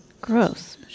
Gross